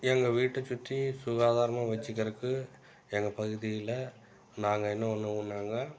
எங்கள் வீட்டைச் சுற்றி சுகாதாரமாக வெச்சுக்கறதுக்கு எங்கள் பகுதியில் நாங்கள் என்ன பண்ணுவோன்னாங்க